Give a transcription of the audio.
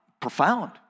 profound